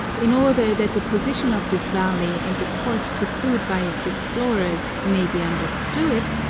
in order that the position of this valley, and the course pursued by its explorers, may be understood,